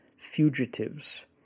fugitives